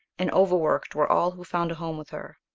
and overworked were all who found a home with her.